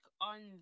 on